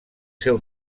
seu